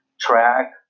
track